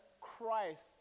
Christ